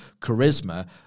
charisma